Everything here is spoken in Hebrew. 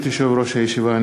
ברשות יושב-ראש הישיבה,